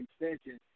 extension